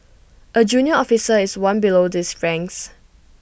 A junior officer is one below these ranks